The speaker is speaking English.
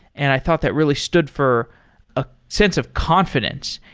and i thought that really stood for a sense of confidence,